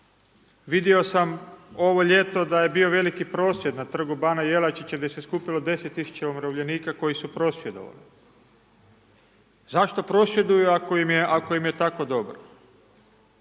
vidio sam ovo ljeto da je bio veliki prosvjed na Trgu bana Jelačića gdje se skupilo 10 000 umirovljenika koji su prosvjedovali. Zašto prosvjeduju ako im je tako dobro?